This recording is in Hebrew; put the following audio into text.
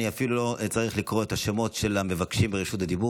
אני אפילו לא צריך לקרוא את שמות המבקשים רשות דיבור,